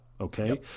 okay